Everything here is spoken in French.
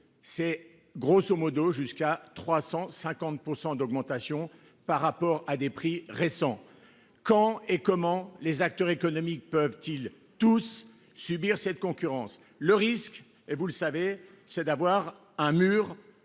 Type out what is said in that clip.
C'est, grosso modo, jusqu'à 350% d'augmentation par rapport à des prix récent. Quand et comment les acteurs économiques peuvent-t-il tous subir cette concurrence le risque et vous le savez, c'est d'avoir un mur